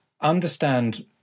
understand